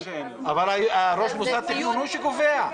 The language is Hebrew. אבל ראש מוסד התכנון הוא זה שקובע.